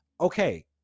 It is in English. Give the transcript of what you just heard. okay